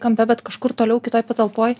kampe bet kažkur toliau kitoj patalpoj